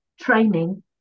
training